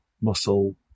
muscle